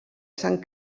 sant